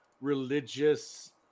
religious